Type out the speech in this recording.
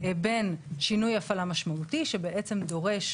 בין שינוי הפעלה משמעותי שבעצם דורש